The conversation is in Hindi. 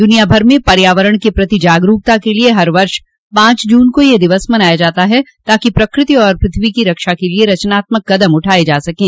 दुनियाभर में पर्यावरण के प्रति जागरूकता के लिए हर वर्ष पाँच जून को यह दिवस मनाया जाता है ताकि प्रकृति और पृथ्वी की रक्षा के लिए रचनात्मक कदम उठाए जा सकें